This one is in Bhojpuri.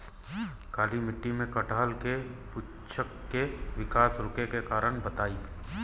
काली मिट्टी में कटहल के बृच्छ के विकास रुके के कारण बताई?